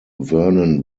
vernon